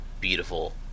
beautiful